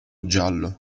giallo